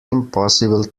impossible